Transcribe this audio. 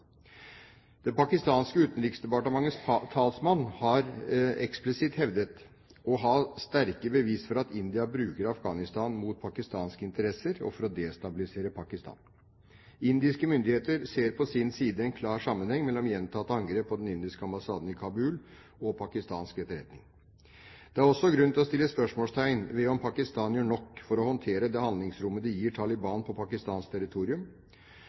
Det pakistanske utenriksdepartementets talsmann har eksplisitt hevdet å ha sterke bevis for at India bruker Afghanistan mot Pakistans interesser og for å destabilisere Pakistan. Indiske myndigheter ser på sin side en klar sammenheng mellom gjentatte angrep på den indiske ambassaden i Kabul og pakistansk etterretning. Det er også grunn til å sette spørsmålstegn ved om Pakistan gjør nok for å håndtere det handlingsrommet de gir Taliban på pakistansk territorium.